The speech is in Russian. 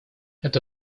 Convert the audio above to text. это